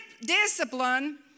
discipline